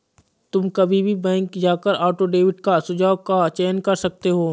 तुम कभी भी बैंक जाकर ऑटो डेबिट का सुझाव का चयन कर सकते हो